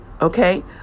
Okay